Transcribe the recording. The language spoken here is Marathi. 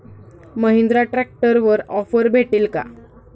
महिंद्रा ट्रॅक्टरवर ऑफर भेटेल का?